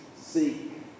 seek